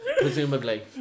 Presumably